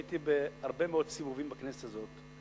הייתי בהרבה מאוד סיבובים בכנסת הזאת,